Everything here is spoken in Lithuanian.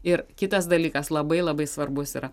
ir kitas dalykas labai labai svarbus yra